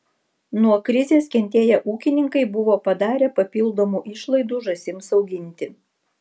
nuo krizės kentėję ūkininkai buvo padarę papildomų išlaidų žąsims auginti